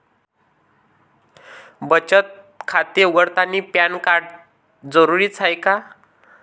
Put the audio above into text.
बचत खाते उघडतानी पॅन कार्ड जरुरीच हाय का?